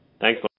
Thanks